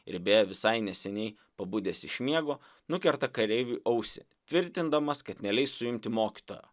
ir beje visai neseniai pabudęs iš miego nukerta kareiviui ausį tvirtindamas kad neleis suimti mokytojo